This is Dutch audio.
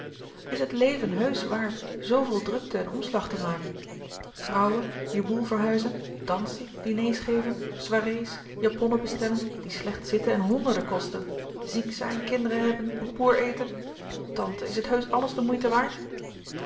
is het leven heusch waard zoo veel drukte en omslag te maken trouwen je boel verhuizen dansen diners geven soirées japonnen bestellen die slecht zitten en honderden kosten ziek zijn kinderen hebben boeboer eten tante is het heusch alles de moeite waard